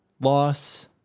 loss